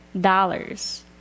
dollars